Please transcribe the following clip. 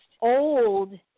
old